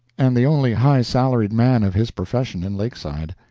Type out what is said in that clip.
and the only high-salaried man of his profession in lakeside.